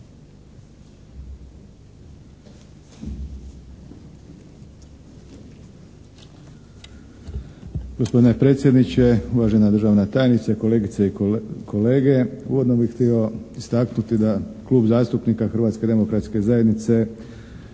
Hrvatske demokratske zajednice